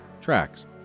tracks